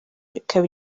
ikaba